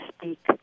speak